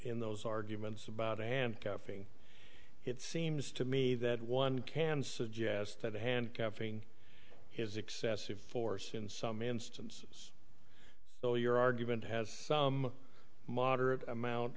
in those arguments about handcuffing it seems to me that one can suggest that handcuffing his excessive force in some instance so your argument has some moderate amount